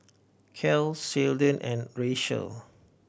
Cale Sheldon and Racheal